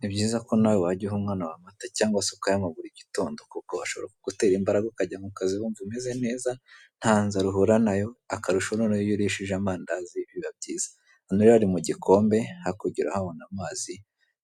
Ni byiza ko nawe wajya uha umwana wawe amata, cyangwa se ukayanywa buri gitondo kuko ashobora kugutera imbaraga ukajya mu kazi wumva umeze neza ntazara uhura nayo, akarusho noneho iyo urishije amandazi, biba byiza. Ano rero ari mu gikombe hakurya urahabona amazi